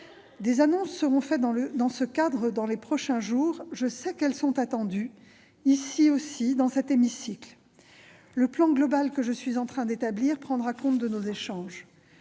Des annonces seront faites dans ce cadre lors des prochains jours. Je sais qu'elles sont attendues ici aussi, dans cet hémicycle. Le plan global que je suis en train d'établir prendra en compte nos échanges.